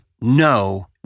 no